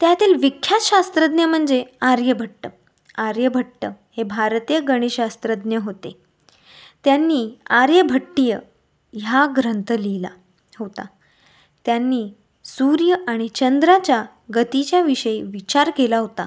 त्यातील विख्यात शास्त्रज्ञ म्हणजे आर्यभट्ट आर्यभट्ट हे भारतीय गणेशास्त्रज्ञ होते त्यांनी आर्यभट्टीय ह्या ग्रंथ लिहिला होता त्यांनी सूर्य आणि चंद्राच्या गतीच्या विषयी विचार केला होता